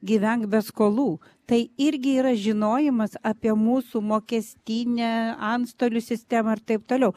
gyvenk be skolų tai irgi yra žinojimas apie mūsų mokestinę antstolių sistemą ir taip toliau